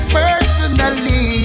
personally